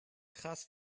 krass